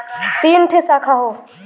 तीन ठे साखा हौ